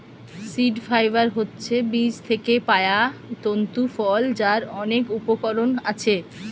seed fibre হচ্ছে বীজ থিকে পায়া তন্তু ফল যার অনেক উপকরণ আছে